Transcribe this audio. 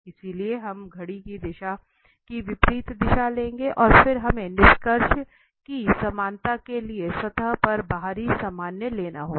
इसलिए हम घड़ी की दिशा की विपरीत दिशा लेंगे और फिर हमें निष्कर्ष की समानता के लिए सतह पर बाहरी सामान्य लेना होगा